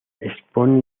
expone